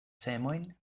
semojn